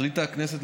החליטה הכנסת,